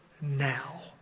now